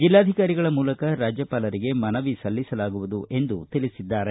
ಜಿಲ್ಲಾಧಿಕಾರಿಗಳ ಮೂಲಕ ರಾಜ್ಯಪಾಲರಿಗೆ ಮನವಿ ಸಲ್ಲಿಸಲಾಗುವುದು ಎಂದು ತಿಳಿಸಿದ್ದಾರೆ